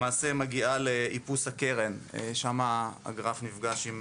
שמגיעה לאיפוס הקרן, ושם הגרף נפגש עם